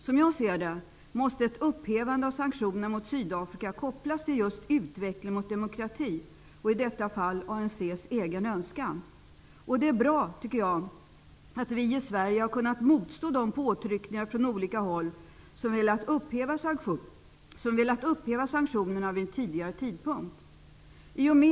Som jag ser det måste ett upphävande av sanktionerna mot Sydafrika kopplas till just utvecklingen mot demokrati, och i detta fall ANC:s egen önskan. Det är bra att vi i Sverige har kunnat motstå de påtryckningar från olika håll som velat upphäva sanktionerna vid en tidigare tidpunkt.